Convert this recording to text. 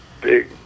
big